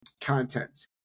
content